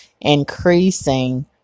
increasing